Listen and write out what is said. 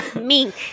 mink